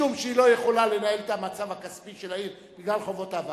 משום שהיא לא יכולה לנהל את המצב הכספי של העיר בגלל חובות העבר.